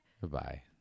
Goodbye